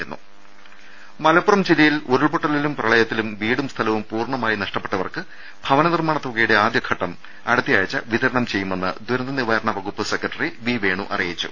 ദർവ്വെട്ടര മലപ്പുറം ജില്ലയിൽ ഉരുൾപൊട്ടലിലും പ്രളയത്തിലും വീടും സ്ഥലവും പൂർണമായി നഷ്ടപ്പെട്ടവർക്ക് ഭവന നിർമ്മാണ തുകയുടെ ആദ്യഘട്ടം അടു ത്തയാഴ്ച വിതരണം ചെയ്യുമെന്ന് ദുരന്ത നിവാരണ വകുപ്പ് സെക്രട്ടറി വി വേണു അറിയിച്ചു